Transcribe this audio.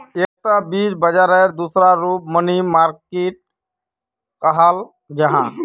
एकता वित्त बाजारेर दूसरा रूप मनी मार्किट कहाल जाहा